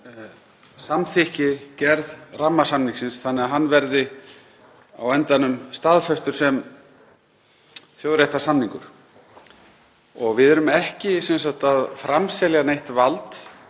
samþykki gerð rammasamningsins þannig að hann verði á endanum staðfestur sem þjóðréttarsamningur. Við erum ekki að framselja neitt vald